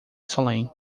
salem